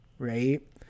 right